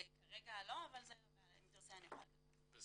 כרגע לא אבל זה לא בעיה, אם